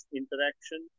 interaction